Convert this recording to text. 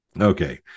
Okay